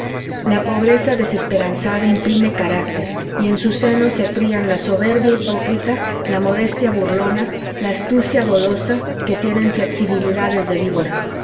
la pobreza desesperanzada imprime carácter y en su seno se crían la soberbia hipócrita la modestia burlona la astucia dolosa que tienen flexibilidades de víbora